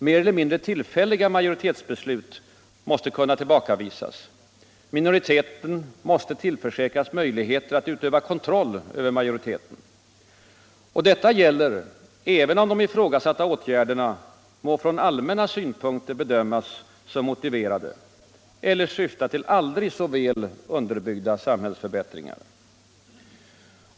Mer eller mindre tillfälliga majoritetsbeslut måste kunna tillbakavisas. Minoriteten måste tillförsäkras möjligheter att utöva kontroll över majoriteten. Och detta gäller även om de ifrågasatta åtgärderna må från allmänna synpunkter bedömas som motiverade eller syfta till aldrig så väl underbyggda samhällsförbättringar.